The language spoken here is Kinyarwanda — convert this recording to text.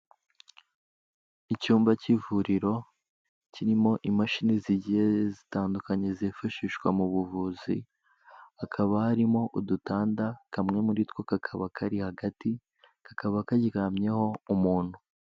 Icyumba cy'ivuriro kirimo imashini zigiye zitandukanye zifashishwa mu buvuzi, hakaba harimo udutanda, kamwe muri two kakaba kari hagati, kakaba karyamyeho umuntu.